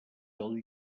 del